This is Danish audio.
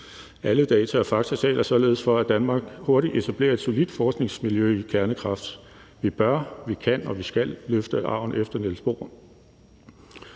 Alle data og fakta taler således for, at Danmark hurtigt etablerer et solidt forskningsmiljø i kernekraft. Vi bør, vi kan, og vi skal løfte arven efter Niels Bohr.